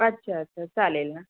अच्छा अच्छा चालेल ना